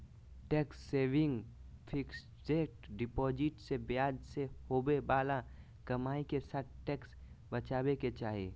tax saving fixed deposit से ब्याज से होवे बाला कमाई के साथ टैक्स बचाबे के चाही